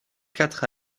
quatre